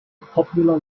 popular